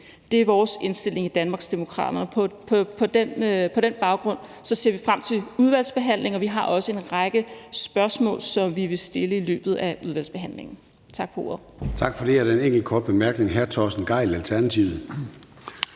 Det er vores indstilling i Danmarksdemokraterne. På den baggrund ser vi frem til udvalgsbehandlingen, og vi har også en række spørgsmål, som vi vil stille i løbet af udvalgsbehandlingen. Tak for ordet.